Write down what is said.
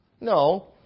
No